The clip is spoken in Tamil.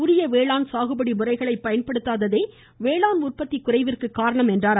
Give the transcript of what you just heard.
உரிய வேளாண் சாகுபடி முறைகளை பயன்படுத்தாததே வேளாண் உற்பத்தி குறைவதற்கு காரணம் என்றார்